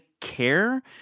care